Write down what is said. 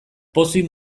pozik